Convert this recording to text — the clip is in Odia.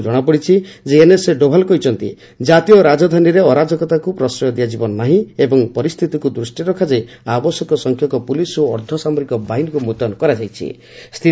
ସରକାରୀ ସ୍ରତ୍ରରୁ ଜଣାପଡିଛି ଯେ ଏନ୍ଏସ୍ଏ ଡୋଭାଲ କହିଛନ୍ତି କାତୀୟ ରାଜଧାନୀରେ ଅରାଜକତାକୁ ପ୍ରଶୟ ଦିଆଯିବ ନାହିଁ ଏବଂ ପରିସ୍ଥିତିକୁ ଦୃଷ୍ଟିରେ ରଖାଯାଇ ଆବଶ୍ୟକ ସଂଖ୍ୟକ ପୁଲିସ ଓ ଅର୍ଦ୍ଧସାମରିକ ବାହିନୀକୁ ମୁତୟନ କରାଯାଇଛି